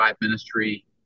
ministry